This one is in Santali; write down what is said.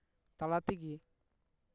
ᱛᱟᱞᱟ ᱛᱮᱜᱮ